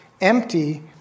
empty